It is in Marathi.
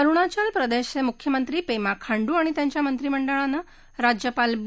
अरुणाचल प्रदेशचे मुख्यमंत्री पेमा खांडू आणि त्यांच्या मंत्रिमंडळानं राज्यपाल बी